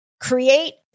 create